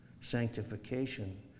sanctification